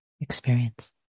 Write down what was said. experience